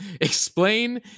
explain